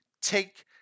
take